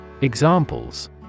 Examples